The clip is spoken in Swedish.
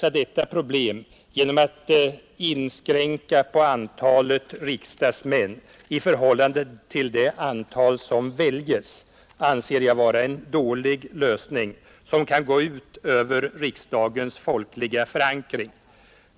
Att inskränka på antalet riksdagsmän i förhållande till det antal som väljs anser jag vara en dålig lösning, som kan gå ut över riksdagens folkliga förankring.